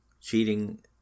cheating